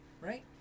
right